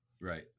right